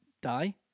Die